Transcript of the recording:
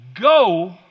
Go